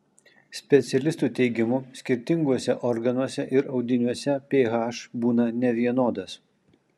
specialistų teigimu skirtinguose organuose ir audiniuose ph būna nevienodas